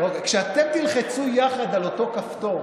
כשאתם תלחצו יחד על אותו כפתור